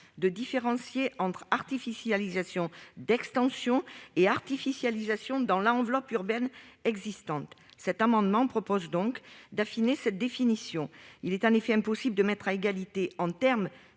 de différencier entre artificialisation d'extension et artificialisation dans l'enveloppe urbaine existante. Cet amendement vise à affiner cette définition. Il est en effet impossible de mettre à égalité, en matière